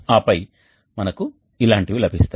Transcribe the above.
ఆపై మనకు ఇలాంటివి లభిస్తాయి